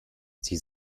sie